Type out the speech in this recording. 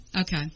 Okay